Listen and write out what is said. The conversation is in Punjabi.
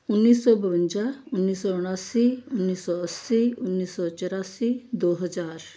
ਉੱਨੀ ਸੌ ਬਵੰਜਾ ਉੱਨੀ ਸੌ ਉਣਾਸੀ ਉੱਨੀ ਸੌ ਅੱਸੀ ਉੱਨੀ ਸੌ ਚੁਰਾਸੀ ਦੋ ਹਜ਼ਾਰ